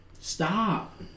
Stop